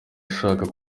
ashaka